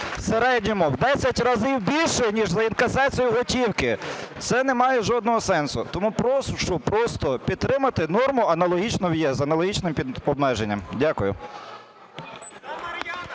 середньому в 10 разів більше, ніж за інкасацію готівки. Це не має жодного сенсу. Тому прошу просто підтримати норму, аналогічну в ЄС, з аналогічним обмеженням. Дякую.